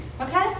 Okay